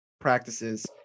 practices